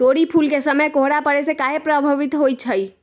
तोरी फुल के समय कोहर पड़ने से काहे पभवित होई छई?